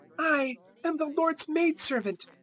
i am the lord's maidservant,